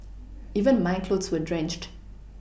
even my clothes were drenched